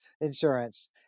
insurance